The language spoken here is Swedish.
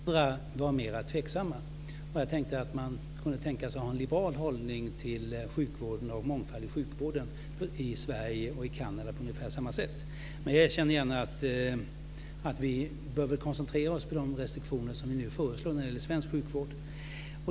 Fru talman! Jag ställde frågan om Kanada för att där var det liberalerna som drev detta medan andra var mera tveksamma. Jag tänkte mig att man kunde tänkas ha en liberal hållning till sjukvården och mångfalden inom sjukvården i Sverige och Kanada på ungefär samma sätt. Men jag erkänner gärna att vi väl bör koncentrera oss på de restriktioner som vi nu föreslår när det gäller svensk sjukvård.